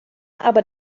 aber